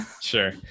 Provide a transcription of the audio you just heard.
sure